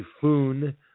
Typhoon